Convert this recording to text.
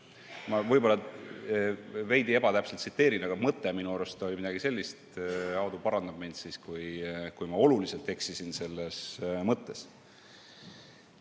Ma võib-olla veidi ebatäpselt tsiteerin, aga mõte minu arust oli midagi sellist. Aadu parandab mind siis, kui ma oluliselt eksisin.Me teame